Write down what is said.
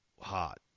hot